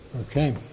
Okay